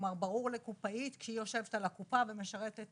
כלומר ברור לקופאית כשהיא יושבת על הקופה ומשרתת